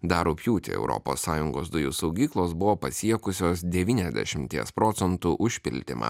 dar rugpjūtį europos sąjungos dujų saugyklos buvo pasiekusios devyniasdešimties procentų užpildymą